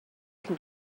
can